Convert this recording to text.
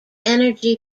energy